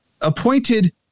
appointed